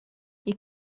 you